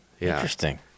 Interesting